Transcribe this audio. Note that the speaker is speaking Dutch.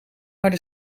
harde